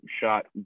shot